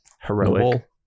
heroic